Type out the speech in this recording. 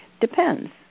Depends